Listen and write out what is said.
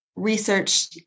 research